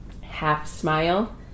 half-smile